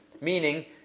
Meaning